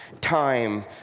time